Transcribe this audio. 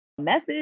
Message